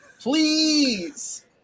Please